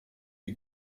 die